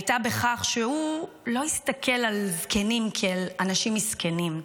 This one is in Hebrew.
הייתה בכך שהוא לא הסתכל על זקנים כעל אנשים מסכנים,